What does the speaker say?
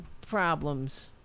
problems